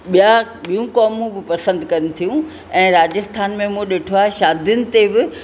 ॿिया ॿियूं क़ौमूं बि पसंदि कनि थियूं ऐं राजस्थान में मूं ॾिठो आहे शादियुनि ते बि